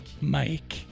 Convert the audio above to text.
Mike